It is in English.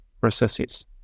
processes